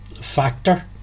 factor